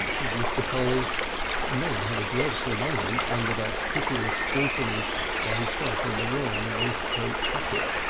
answered mr. polly and then had a dreadful moment under that pitiless scrutiny while he felt in the wrong waistcoat pocket.